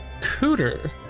Cooter